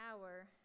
hour